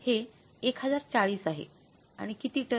हे 1040 आहे आणि किती टन